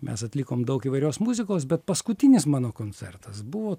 mes atlikom daug įvairios muzikos bet paskutinis mano koncertas buvo